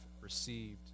received